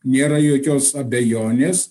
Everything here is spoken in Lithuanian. nėra jokios abejonės